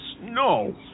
no